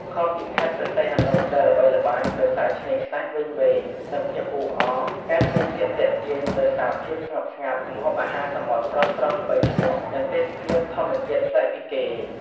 ខុសពីខេត្តព្រះសីហនុដែលល្បីល្បាញដោយសារឆ្នេរខ្សាច់វែងៗ និងភាពអ៊ូអរ កែបមានភាពទាក់ទាញដោយសារភាពស្ងប់ស្ងាត់ ម្ហូបអាហារសមុទ្រស្រស់ៗល្បីឈ្មោះ និងទេសភាពធម្មជាតិប្លែកពីគេ។